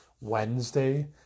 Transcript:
Wednesday